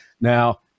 now